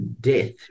death